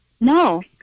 No